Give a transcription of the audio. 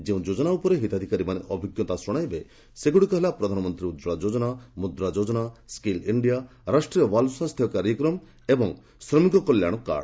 ଯେଉଁ ଯୋଜନା ଉପରେ ହିତାଧିକାରୀମାନେ ଅଭିଜ୍ଞତା ଶୁଣାଇବେ ସେଗୁଡ଼ିକ ହେଲା ପ୍ରଧାନମନ୍ତ୍ରୀ ଉଜ୍ୱଳା ଯୋଜନା ମୁଦ୍ରା ଯୋଜନା ସ୍କିଲ୍ ଇଣ୍ଡିଆ ରାଷ୍ଟ୍ରୀୟ ବାଲ୍ ସ୍ୱାସ୍ଥ୍ୟ କାର୍ଯ୍ୟକ୍ରମ ଏବଂ ଶ୍ରମିକ କଲ୍ୟାଣ କାର୍ଡ